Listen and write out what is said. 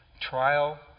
trial